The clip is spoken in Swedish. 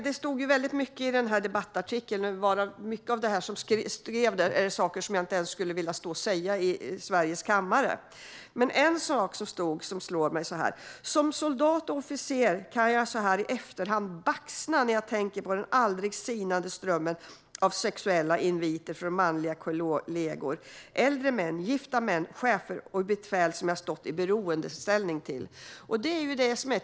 Det stod mycket i debattartikeln, och mycket av det som skrevs var saker som jag inte ens skulle vilja säga i riksdagens kammare. En kvinna skrev: "Som soldat och officer kan jag så här i efterhand baxna när jag tänker på den aldrig sinande strömmen av sexuella inviter från manliga kollegor. Äldre män, gifta män, chefer och befäl som jag stått i beroendeställning till."